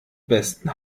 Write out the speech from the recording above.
besten